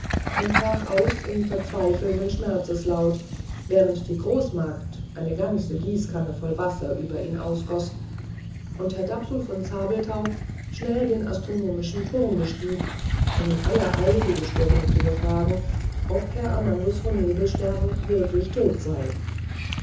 und brach aus in verzweifelnden schmerzeslauten während die großmagd eine ganze gießkanne voll wasser über ihn ausgoß und herr dapsul von zabelthau schnell den astronomischen turm bestieg um in aller eil die gestirne zu befragen ob herr amandus von nebelstern wirklich tot sei